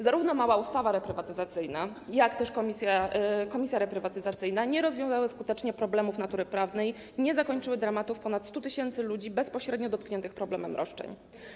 Zarówno mała ustawa reprywatyzacyjna, jak i komisja reprywatyzacyjna nie rozwiązały skutecznie problemów natury prawnej, nie zakończyły dramatów ponad 100 tys. ludzi bezpośrednio dotkniętych problemem roszczeń.